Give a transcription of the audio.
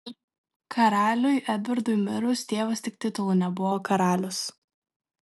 karaliui edvardui mirus tėvas tik titulu nebuvo karalius